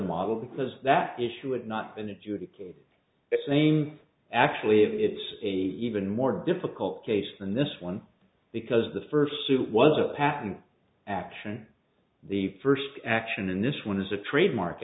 model because that issue is not an adjudicator it's name actually it's a even more difficult case than this one because the first suit was a patent action the first action and this one is a trademark